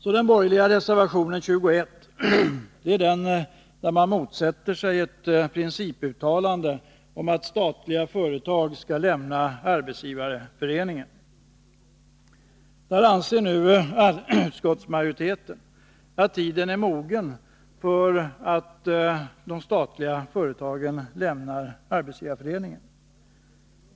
I den borgerliga reservationen 21 motsätter sig reservanterna ett principuttalande om att statliga företag skall lämna Arbetsgivareföreningen. Utskottsmajoriteten anser att tiden är mogen för de statliga företagen att lämna Arbetsgivareföreningen.